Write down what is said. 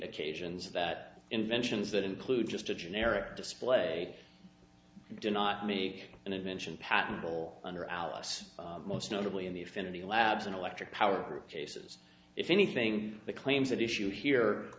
occasions that inventions that include just a generic display do not make an invention patentable under our laws most notably in the affinity labs an electric power grid cases if anything the claims that issue here